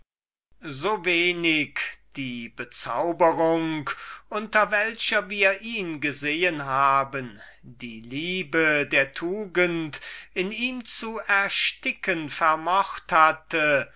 so wenig die bezauberung unter welcher wir ihn gesehen haben die charakteristische leidenschaft schöner seelen die liebe der tugend in ihm zu ersticken vermocht hatte